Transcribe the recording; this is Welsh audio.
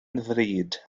ddrud